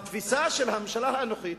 בתפיסה של הממשלה הנוכחית,